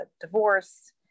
divorce